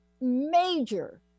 major